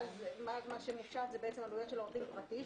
ואז מושתות עלויות של עורך דין פרטי,